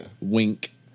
Wink